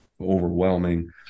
overwhelming